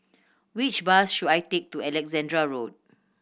which bus should I take to Alexandra Road